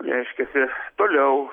reiškiasi toliau